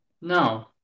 No